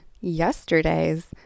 yesterday's